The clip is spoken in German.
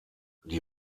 die